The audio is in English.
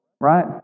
right